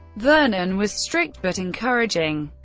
vernon was strict, but encouraging,